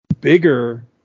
bigger